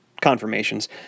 confirmations